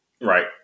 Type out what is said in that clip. right